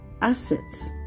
assets